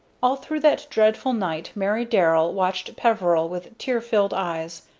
all through that dreadful night mary darrell watched peveril with tear-filled eyes,